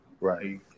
Right